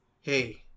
hey